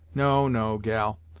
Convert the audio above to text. no no gal,